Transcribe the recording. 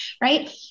right